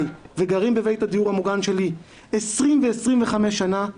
וגרים בבית הדיור המוגן שלי 20 ו-25 שנה,